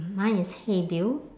mine is !hey! bill